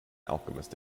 alchemist